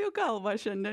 jau kalba šiandien